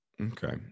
okay